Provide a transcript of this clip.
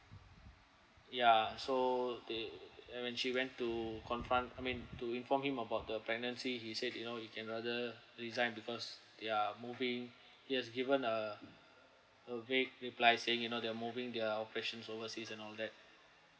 ya so they I mean she went to confront I mean to inform him about the pregnancy he said you know you can rather resign because they are moving he has given a a vague reply saying you know they're moving their operations overseas and all that